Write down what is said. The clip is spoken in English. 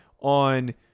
on